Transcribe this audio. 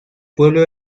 pueblo